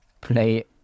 play